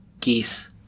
Geese